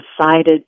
decided